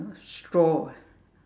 straw